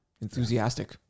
enthusiastic